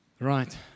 Right